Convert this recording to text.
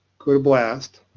go to blast